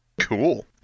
Cool